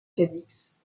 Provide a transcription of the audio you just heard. cadix